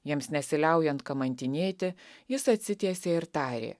jiems nesiliaujant kamantinėti jis atsitiesė ir tarė